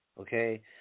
okay